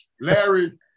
Larry